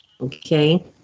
Okay